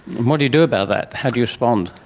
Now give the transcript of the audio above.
and what do you do about that, how do you respond?